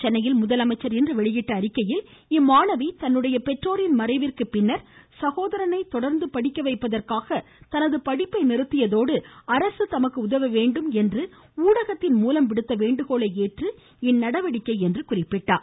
சென்னையில் முதலமைச்சர் இன்று வெளியிட்டுள்ள அறிக்கையில் இம்மாணவி தன்னுடைய பெற்றோரின் மறைவிற்கு பிறகு சகோதரனை தொடர்ந்து படிக்க வைப்பதற்காக தனது படிப்பை நிறுத்தியதோடு அரசு தமக்கு உதவ வேண்டும் என்று ஊடகத்தின் மூலம் விடுத்த வேண்டுகோளை ஏற்று இந்நடவடிக்கை என்றார்